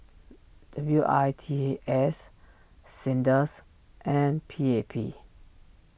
W I T S Sinda's and P A P